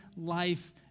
life